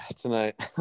tonight